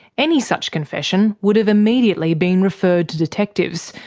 any such confession would have immediately been referred to detectives,